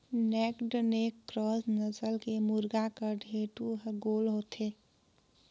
naked neck cross नसल के मुरगा के ढेंटू हर गोल होथे